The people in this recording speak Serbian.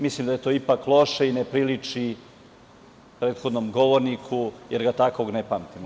Mislim da je to ipak loše i ne priliči prethodnom govorniku, jer ga takvog ne pamtimo.